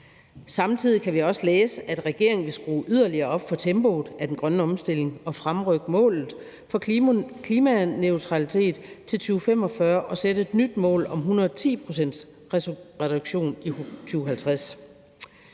Samtidig kan vi også læse, at regeringen vil skrue yderligere op for tempoet af den grønne omstilling og fremrykke målet for klimaneutralitet til 2045 og sætte et nyt mål om 110 pct. reduktion i 2050.